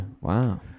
wow